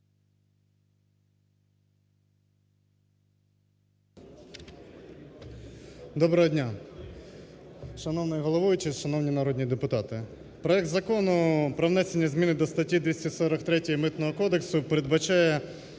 Доброго дня, шановний Головуючий, шановні народні депутати. Проект Закону про внесення змін до статті 243 Митного кодексу передбачає